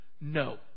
No